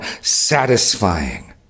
satisfying